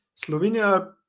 Slovenia